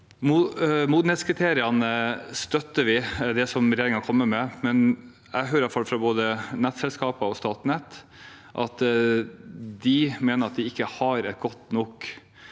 modenhetskriteriene, støtter vi det som regjeringen kommer med, men jeg hører at folk fra både nettselskapene og Statnett mener at de ikke har gode nok